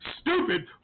stupid